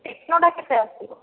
techno ଟା କେତେ ଆସିବ